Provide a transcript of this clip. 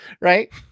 right